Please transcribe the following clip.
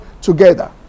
together